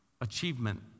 achievement